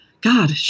God